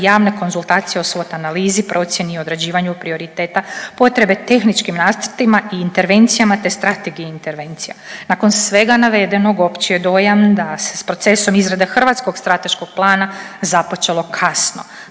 javne konzultacije o SWOT analizi, procijeni i određivanju prioriteta potrebe tehničkim nacrtima i intervencijama, te strategiji intervencija. Nakon svega navedenog opći je dojam da se s procesom izrade hrvatskog strateškog plana započelo kasno,